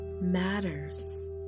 matters